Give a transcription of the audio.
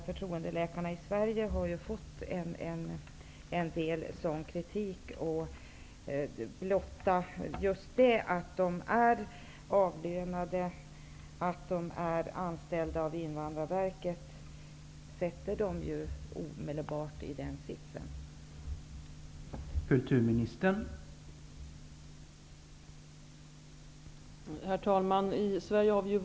Förtroendeläkarna i Sverige har ju fått en en del kritik. Blotta det faktum att de är avlönade och anställda av Invandrarverket försätter dem omedelbart i en sådan sits.